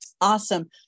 Awesome